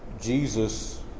Jesus